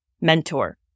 mentor